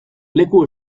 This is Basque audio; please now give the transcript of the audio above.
leku